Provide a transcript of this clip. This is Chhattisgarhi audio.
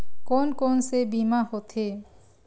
कोन कोन से बीमा होथे?